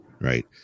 right